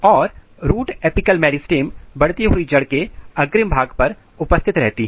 और root apical meristem बढ़ती हुई जड़ के अग्रिम भाग पर उपस्थित रहती है